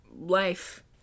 life